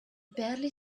barely